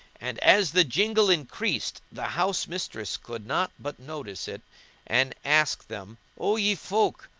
and as the jingle increased the house mistress could not but notice it and asked them, o ye folk!